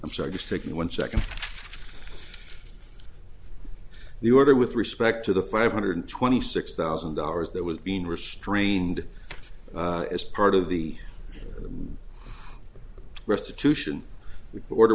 i'm sorry just taking one second the order with respect to the five hundred twenty six thousand dollars that was being restrained as part of the restitution order